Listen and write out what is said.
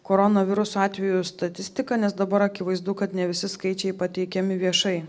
koronaviruso atvejų statistiką nes dabar akivaizdu kad ne visi skaičiai pateikiami viešai